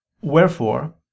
Wherefore